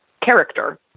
character